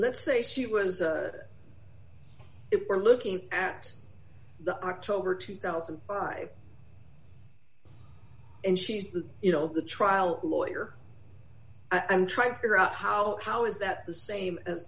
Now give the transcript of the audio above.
let's say she was if we're looking at the october two thousand and she's the you know the trial lawyer i'm trying to figure out how how is that the same as